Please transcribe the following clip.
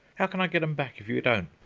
how can i get em back if you don't?